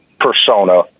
persona